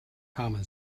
common